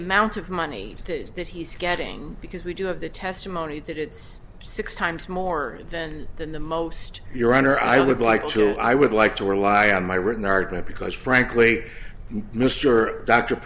amount of money that he's getting because we do have the testimony that it's six times more than than the most your honor i would like to i would like to rely on my written argument because frankly mr dr